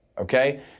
okay